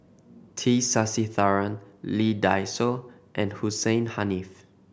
T Sasitharan Lee Dai Soh and Hussein Haniff